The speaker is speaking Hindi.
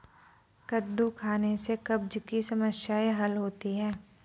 कद्दू खाने से कब्ज़ की समस्याए हल होती है